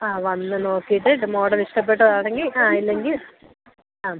ആ വന്ന് നോക്കിയിട്ട് മോഡലിഷ്ടപ്പെട്ടതാണെങ്കിൽ ആ ഇല്ലെങ്കിൽ ആം